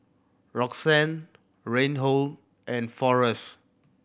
Roxann Reinhold and Forrest